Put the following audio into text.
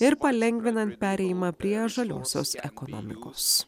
ir palengvinat perėjimą prie žaliosios ekonomikos